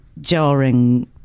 jarring